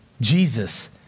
Jesus